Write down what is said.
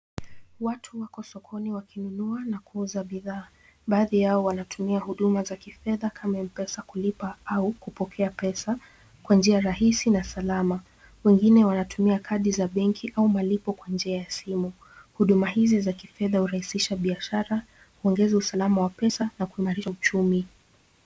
Watu wako sokoni wakinunua na kuuza bidhaa. Baadhi yao wanatumia huduma za kifedha kama M-Pesa kulipa au kupokea pesa kwa njia rahisi na salama. Wengine wanatumia kadi za benki au malipo kwa njia ya simu. Huduma hizi za kifedha hurahisisa biashara, kuongeza usalama wa pesa na kuimarisha uchumi.